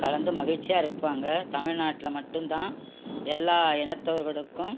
கலந்து மகிழ்ச்சியாக இருப்பாங்க தமிழ்நாட்டில் மட்டும்தான் எல்லா இனத்தவர்களுக்கும்